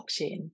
blockchain